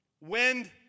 Wind